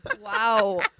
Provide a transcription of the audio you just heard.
Wow